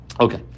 okay